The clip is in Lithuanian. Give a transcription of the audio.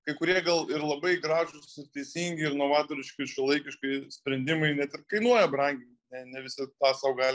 kai kurie gal ir labai gražūs ir teisingi ir novatoriški šiuolaikiški sprendimai bet ir kainuoja brangiai ne ne visi tą sau gali